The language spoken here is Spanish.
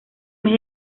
mes